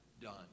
done